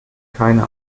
keine